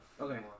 Okay